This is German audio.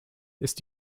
ist